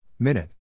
Minute